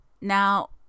Now